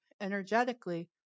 energetically